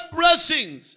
blessings